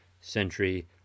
century